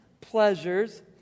pleasures